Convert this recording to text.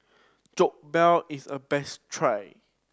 jokbal is a best try